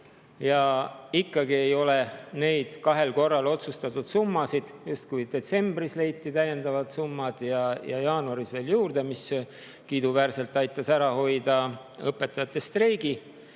ja ikkagi ei ole neid kahel korral otsustatud summasid [eelarves]. Justkui leiti detsembris täiendav summa ja jaanuaris veel juurde, mis kiiduväärselt aitas ära hoida õpetajate streigi.